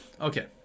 Okay